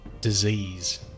disease